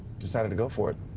decided to go for it.